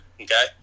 Okay